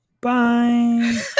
Bye